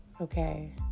Okay